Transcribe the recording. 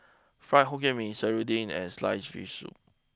Fried Hokkien Mee Serunding and sliced Fish Soup